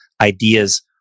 ideas